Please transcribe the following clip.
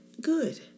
Good